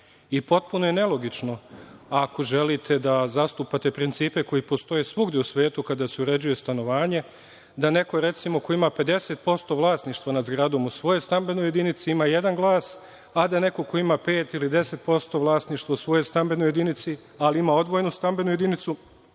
Potpuno je nelogično, ako želite da zastupate principe koji postoje svugde u svetu kada se uređuje stanovanje, da neko recimo, ko ima 50% vlasništva nad zgradom, u svojoj stambenoj jedinici, ima jedan glas, a da neko ko ima 5 ili 10% vlasništva u svojoj stambenoj jedinici, ali ima odvojenu stambenu jedinicu,